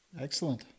Excellent